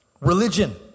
religion